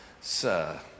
sir